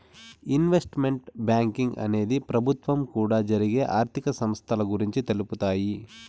investment banking అనేది ప్రభుత్వం కూడా జరిగే ఆర్థిక సంస్థల గురించి తెలుపుతాయి